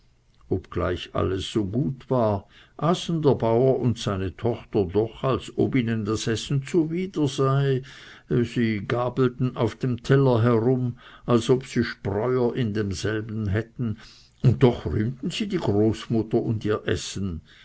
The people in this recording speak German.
obgleich alles so gut war aßen der bauer und seine tochter doch als ob ihnen das essen zuwider sei sie gabelten auf dem teller herum als ob sie spreuer in demselben hätten und doch rühmten sie die großmutter und ihr essen